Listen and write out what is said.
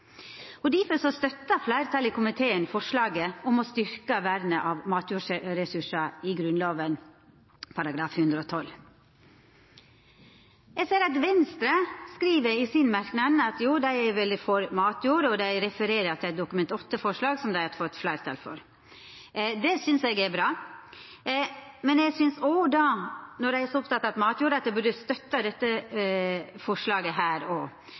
Difor støttar fleirtalet i komiteen forslaget om å styrkja vernet av matjordressursar i Grunnlova § 112. Eg ser at Venstre skriv i sin merknad at dei er veldig for matjord, og ein refererer til eit Dokument 8-forslag som dei har fått fleirtal for. Det synest eg er bra, men eg synest, når dei er så opptekne av matjord, at dei burde støtta dette forslaget